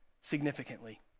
significantly